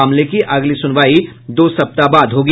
मामले की अगली सुनवाई दो सप्ताह बाद होगी